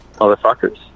motherfuckers